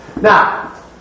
Now